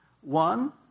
One